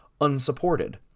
unsupported